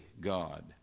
God